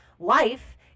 Life